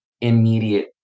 immediate